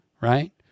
Right